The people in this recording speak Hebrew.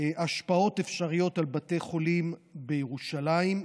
השפעות אפשריות על בתי חולים אחרים בירושלים,